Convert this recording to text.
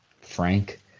frank